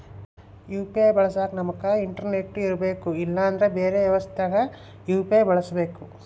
UPI ಬಳಸಕ ನಮ್ತಕ internet ಇರರ್ಬೆಕು ಇಲ್ಲಂದ್ರ ಬೆರೆ ವ್ಯವಸ್ಥೆಗ ಯು.ಪಿ.ಐ ಬಳಸಬಕು